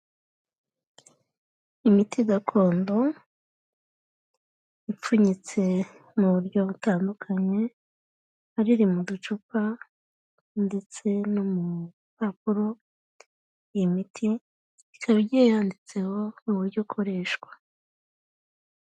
Imiti gakondo, ipfunyitse mu buryo butandukanye, hari iri mu ducupa ndetse no mu mpapuro, iyi miti, ikaba igiye yanditseho uburyo ikoreshwa.